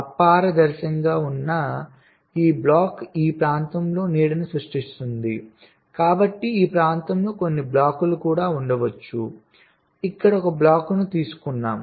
అపారదర్శకంగా ఉన్న ఈ block A ఈ ప్రాంతంలో నీడను సృష్టిస్తుందికాబట్టి ఈ ప్రాంతంలో కొన్ని బ్లాక్లు కూడా ఉండవచ్చు ఇక్కడ ఒక బ్లాకును తీసుకున్నాం